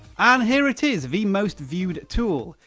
and here it is the most viewed tool.